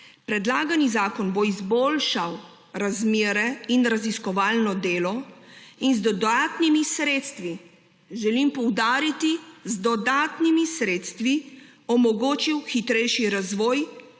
Predlagani zakon bo izboljšal razmere in raziskovalno delo in z dodatnimi sredstvi,« – želim poudariti z dodatnimi sredstvi – »omogočil hitrejši razvoj